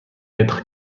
être